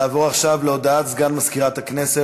נעבור עכשיו להודעת סגן מזכירת הכנסת.